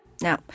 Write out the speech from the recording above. Now